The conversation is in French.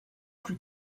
plus